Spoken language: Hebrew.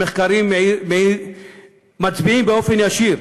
המחקרים מצביעים, באופן ישיר,